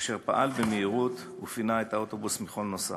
אשר פעל במהירות ופינה את האוטובוס מכל נוסעיו.